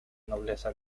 nobleza